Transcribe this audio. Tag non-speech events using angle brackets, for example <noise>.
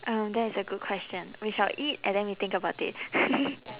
um that is a good question we shall eat and then we think about it <noise>